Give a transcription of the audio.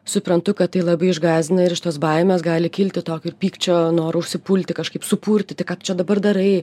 suprantu kad tai labai išgąsdina ir iš tos baimės gali kilti tokio ir pykčio noro užsipulti kažkaip supurtyti ką tu čia dabar darai